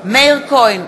מאיר כהן,